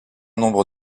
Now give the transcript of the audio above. nombre